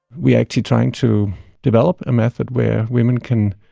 we're actually trying to develop a method where women can